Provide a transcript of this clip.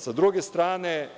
Sa druge strane,